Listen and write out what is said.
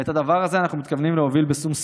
את הדבר הזה אנחנו מתכוונים להוביל בשום שכל,